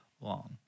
long